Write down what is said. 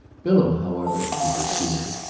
bilham, however, he pursued,